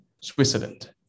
Switzerland